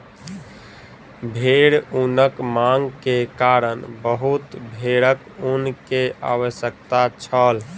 भेड़ ऊनक मांग के कारण बहुत भेड़क ऊन के आवश्यकता छल